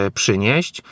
przynieść